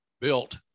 built